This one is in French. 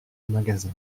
magasin